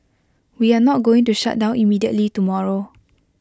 we are not going to shut down immediately tomorrow